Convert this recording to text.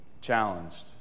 challenged